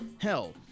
hell